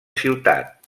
ciutat